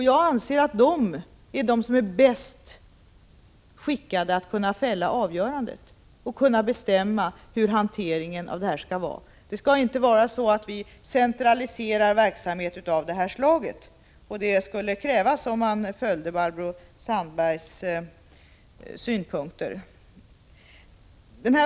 Jag anser att man i Samhällsföretag är bäst skickade att göra dessa bedömningar och bestämma hur dessa ärenden skall hanteras. Vi skall inte centraldirigera verksamhet av det här slaget, och det skulle krävas om man följde Barbro Sandbergs förslag.